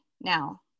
now